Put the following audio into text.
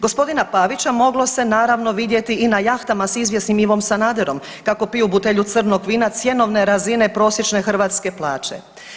G. Pavića moglo se, naravno, vidjeti i na jahtama s izvjesnim Ivom Sanaderom, kako piju butelju crnog vina cjenovne razine prosječne hrvatske plaće.